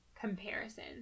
comparison